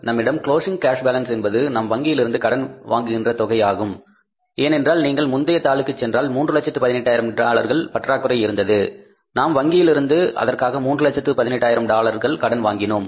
நம்மிடம் closing cash balance என்பது நாம் வங்கியிடமிருந்து கடன் வாங்குகின்ற தொகை ஆகும் ஏனென்றால் நீங்கள் முந்தைய தாளுக்குச் சென்றால் 318000 டாலர்களின் பற்றாக்குறை இருந்தது நாம் வங்கியிலிருந்து அதற்காக 318000 டாலர்கள் கடன் வாங்கினோம்